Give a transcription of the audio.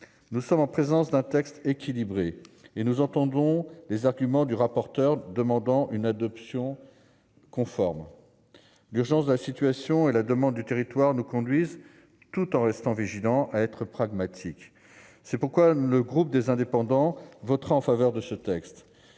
Nous sommes en présence d'un texte équilibré, et nous entendons les arguments du rapporteur demandant une adoption conforme. L'urgence de la situation et la demande du territoire nous conduisent, tout en restant vigilants, à être pragmatiques. Le groupe Les Indépendants votera en faveur de ce texte,